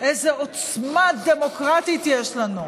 איזה עוצמה דמוקרטית יש לנו,